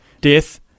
death